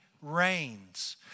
reigns